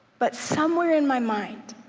but somewhere in my mind